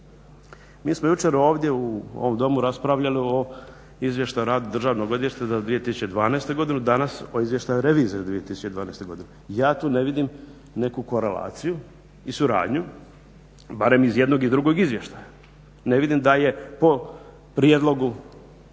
Mi smo jučer ovdje u ovom Domu raspravljali o Izvještaju o radu Državnog odvjetništva za 2012. godinu, danas o Izvještaju revizije za 2012. godinu. Ja tu ne vidim neku korelaciju i suradnju, barem iz jednog i drugog izvještaja, ne vidim da je po prijedlogu